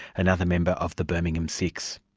another member of the birmingham six.